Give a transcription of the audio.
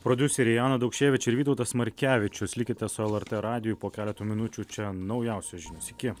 prodiuseriai ana daukševič ir vytautas markevičius likite su lrt radiju po keleto minučių čia naujausios žinios iki